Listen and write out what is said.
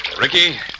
Ricky